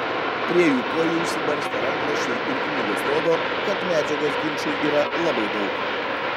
prie jų kojų išsibarstę rankraščiai ir knygos rodo kad medžiagos ginčui yra labai daug